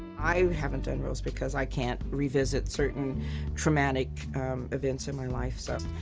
i haven't done roles because i can't revisit certain traumatic events in my life so.